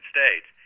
States